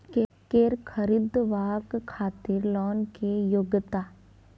कैर खरीदवाक खातिर लोन के योग्यता?